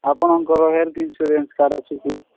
ଆପଣଙ୍କର health insurance card ଅଛି କି